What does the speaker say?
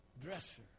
dresser